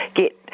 get